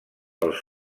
els